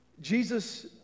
Jesus